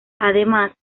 además